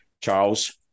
Charles